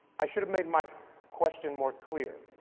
i should have made my question more clear.